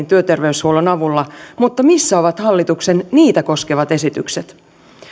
työterveyshuollon avulla mutta missä ovat hallituksen niitä koskevat esitykset